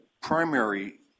primary